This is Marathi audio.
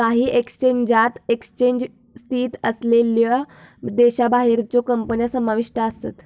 काही एक्सचेंजात एक्सचेंज स्थित असलेल्यो देशाबाहेरच्यो कंपन्या समाविष्ट आसत